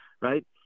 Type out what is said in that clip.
right